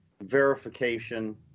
verification